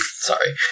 sorry